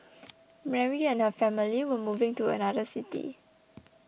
Mary and her family were moving to another city